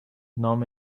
نام